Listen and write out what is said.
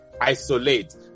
isolate